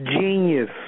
genius